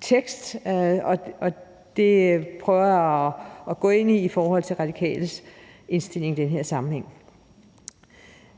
tekst, og det prøver jeg at gå ind i i forhold til Radikales indstilling i den her sammenhæng.